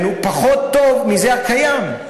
פחות טוב מזה הקיים,